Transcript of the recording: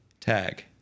tag